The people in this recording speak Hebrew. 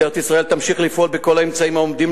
משטרת ישראל תמשיך לפעול בכל האמצעים העומדים